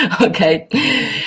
okay